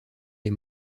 les